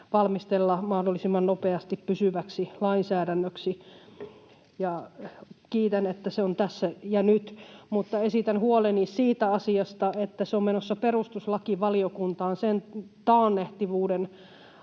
valmistella mahdollisimman nopeasti pysyväksi lainsäädännöksi. Kiitän, että se on tässä ja nyt, mutta esitän huoleni siitä asiasta, että se on menossa perustuslakivaliokunnan käsittelyyn sen taannehtivuuden